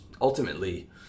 Ultimately